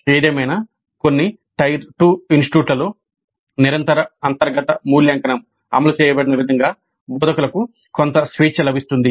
ఏదేమైనా కొన్ని టైర్ 2 ఇన్స్టిట్యూట్లలో నిరంతర అంతర్గత మూల్యాంకనం అమలు చేయబడిన విధంగా బోధకులకు కొంత స్వేచ్ఛ లభిస్తుంది